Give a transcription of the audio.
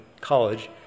college